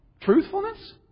Truthfulness